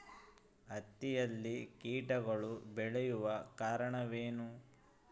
ಹತ್ತಿಯಲ್ಲಿ ಕೇಟಗಳು ಬೇಳಲು ಕಾರಣವೇನು?